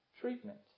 treatment